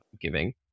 giving